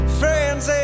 friends